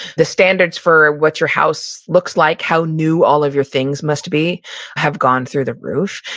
the standards for what your house looks like, how new all of your things must be have gone through the roof.